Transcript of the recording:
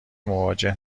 مواجه